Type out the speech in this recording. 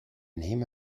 name